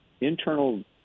internal